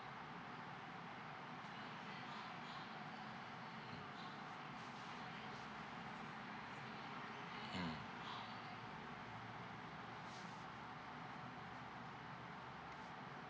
mm